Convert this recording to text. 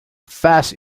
fast